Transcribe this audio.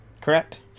Correct